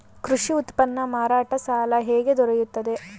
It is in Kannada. ಕೃಷಿ ಉತ್ಪನ್ನ ಮಾರಾಟ ಸಾಲ ಹೇಗೆ ದೊರೆಯುತ್ತದೆ?